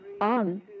on